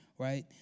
Right